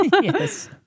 Yes